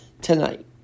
tonight